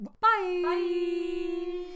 Bye